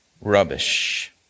rubbish